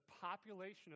population